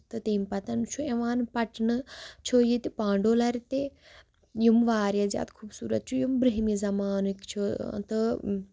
تہٕ تمہِ پَتہٕ چھُ یِوان پَٹنہٕ چھُ ییٚتہِ پانڈولر تہِ یِم واریاہ زیادٕ خوٗبصوٗرت چھِ یِم بروہمہِ زَمانٕکۍ چھِ تہٕ